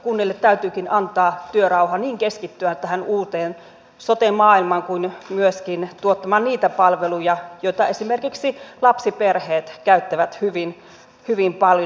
kunnille täytyykin antaa työrauha niin keskittyä tähän uuteen sote maailmaan kuin myöskin tuottaa niitä palveluja joita esimerkiksi lapsiperheet käyttävät hyvin paljon